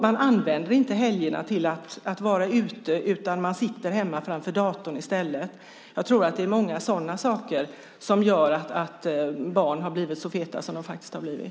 Man använder inte helgerna till att vara ute, utan man sitter hemma framför datorn i stället. Jag tror att det är många sådana saker som gör att barn har blivit så feta som de faktiskt har blivit.